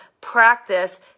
practice